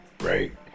right